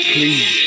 Please